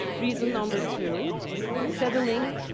reason number two settling,